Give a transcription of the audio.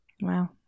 Wow